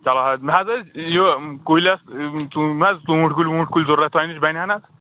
چَلو حظ مےٚ حظ ٲسۍ یہِ کُلۍ حظ یِم حظ ژوٗنٛٹھۍ کُلۍ ووٗنٛٹھ ۍکُلۍ ضروٗرت تۄہہِ نِش بَنہِ ہن حظ